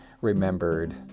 remembered